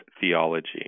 theology